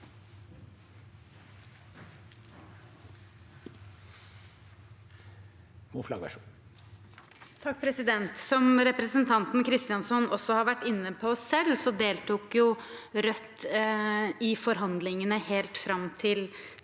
Som representanten Kristjánsson også har vært inne på selv, deltok Rødt i forhandlingene helt fram til